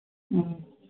ꯎꯝ